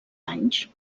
anys